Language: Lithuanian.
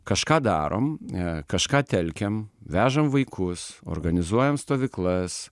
kažką darom a kažką telkiam vežam vaikus organizuojam stovyklas